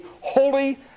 holy